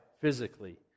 physically